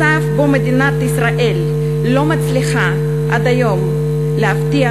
מצב שבו מדינת ישראל לא מצליחה עד היום להבטיח